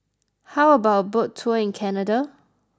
how about a boat tour in Canada